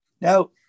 Now